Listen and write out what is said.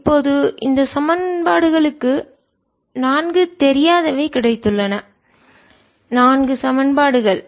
இப்போது இந்த சமன்பாடுகளுக்கு நான்கு தெரியாதவை கிடைத்துள்ளன நான்கு சமன்பாடுகள்